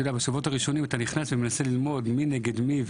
בשבועות הראשונים אתה נכנס ומנסה ללמוד מי נגד מי?